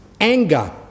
anger